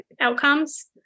outcomes